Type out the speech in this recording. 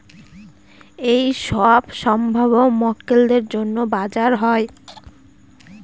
এইসব সম্ভাব্য মক্কেলদের জন্য যে বাজার হয়